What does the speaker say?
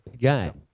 Guy